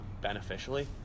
beneficially